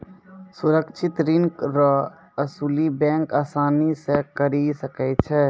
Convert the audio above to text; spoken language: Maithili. सुरक्षित ऋण रो असुली बैंक आसानी से करी सकै छै